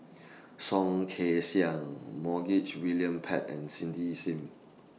Soh Kay Siang Montague William Pett and Cindy SIM